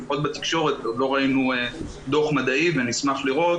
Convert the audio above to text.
לפחות בתקשורת עוד לא ראינו דוח מדעי ונשמח לראות